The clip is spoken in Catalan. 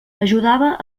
ajudava